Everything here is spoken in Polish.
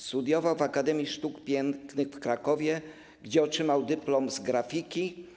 Studiował w Akademii Sztuk Pięknych w Krakowie, gdzie otrzymał dyplom z grafiki.